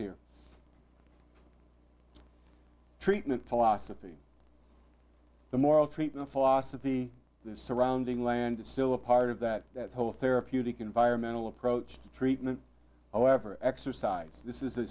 here treatment philosophy the moral treatment philosophy the surrounding land is still a part of that whole therapeutic environmental approach to treatment however exercise this is